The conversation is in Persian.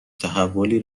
تحولی